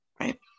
Right